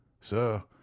Sir